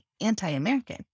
anti-American